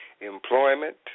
employment